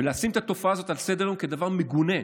ולשים את התופעה הזאת על סדר-היום כדבר מגונה,